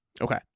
Okay